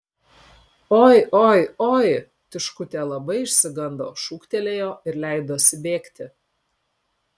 oi oi oi tiškutė labai išsigando šūktelėjo ir leidosi bėgti